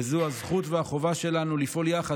וזאת הזכות והחובה שלנו לפעול יחד,